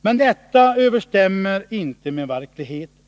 Men det stämmer inte med verkligheten.